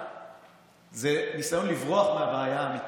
זה ניסיון לברוח מהבעיה האמיתית.